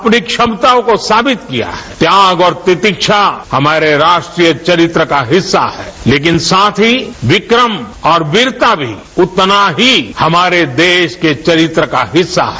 अपनी क्षमताओं को साबित किया और प्रतीक्षा हमारे राष्ट्रीय चरित्र का हिस्सा लेकिन साथ ही विक्रम और वीरता भी उतना ही हमारे देश के चरित्र का हिस्सा है